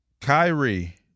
Kyrie